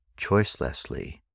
choicelessly